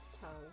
tongue